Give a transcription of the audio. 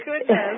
goodness